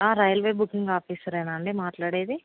railway booking ఆఫీసరేనా అండి మాట్లాడేది